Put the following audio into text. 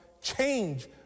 change